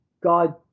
God